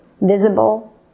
visible